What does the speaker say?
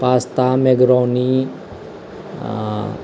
pasta macaroni आ